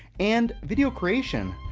and video creation.